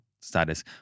status